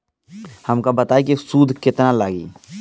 हमका बताई कि सूद केतना लागी?